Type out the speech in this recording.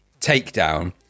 takedown